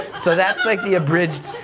so that's like the abridged,